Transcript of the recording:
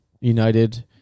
United